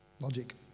Logic